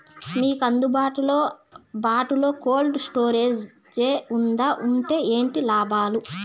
మీకు అందుబాటులో బాటులో కోల్డ్ స్టోరేజ్ జే వుందా వుంటే ఏంటి లాభాలు?